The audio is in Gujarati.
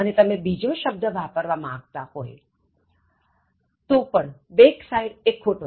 તમે બીજો શબ્દ વાપરવા માગતા હોય તો પણ back side એ ખોટો છે